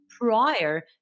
prior